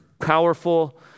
powerful